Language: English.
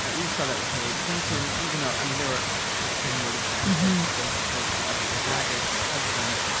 ah we saw that with hillary clinton, even though, i mean, there are extenuating circumstances there because of her baggage, her husband.